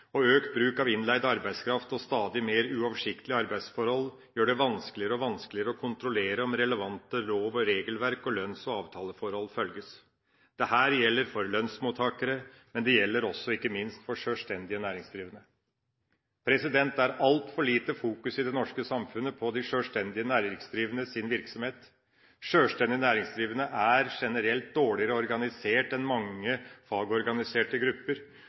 Økt bruk av innleid arbeidskraft og stadig mer uoversiktlige arbeidsforhold gjør det vanskeligere og vanskeligere å kontrollere om relevante lov- og regelverk og lønns- og avtaleforhold følges. Dette gjelder for lønnsmottakere, men det gjelder ikke minst også for selvstendige næringsdrivende. Det er altfor lite fokus i det norske samfunnet på de selvstendige næringsdrivendes virksomhet. Selvstendige næringsdrivende er generelt dårligere organisert enn mange fagorganiserte grupper,